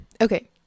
Okay